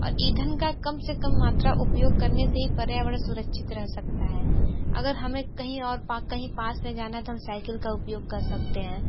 और ईधन का कम से कम मात्रा उपयोग करने से ही पर्यावरण सुरक्षित रह सकता है अगर हमें कहीं और पाक कहीं पास में जाना है तो हम साइकिल का उपयोग कर सकते हैं